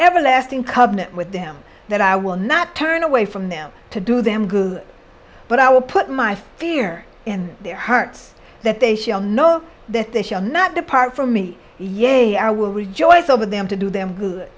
everlasting covenant with them that i will not turn away from them to do them good but i will put my fear in their hearts that they shall know that they shall not depart from me yea i will rejoice over them to do them good